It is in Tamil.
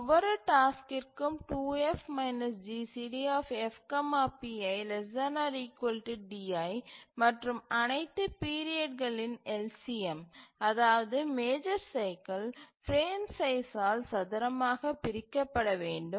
ஒவ்வொரு டாஸ்க்கிற்கும் 2F GCDF pi ≤ di மற்றும் அனைத்து பீரியட்களின் LCM அதாவது மேஜர் சைக்கில் பிரேம் சைஸ் ஆல் சதுரமாக பிரிக்கப் படவேண்டும்